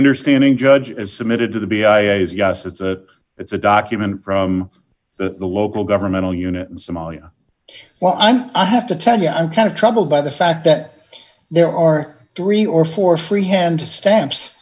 understanding judge as submitted to the b i a is yes it's a it's a document from the local governmental unit in somalia well i'm i have to tell you i'm kind of troubled by the fact that there are three or four free hand to stamps